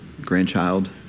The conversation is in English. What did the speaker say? grandchild